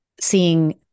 seeing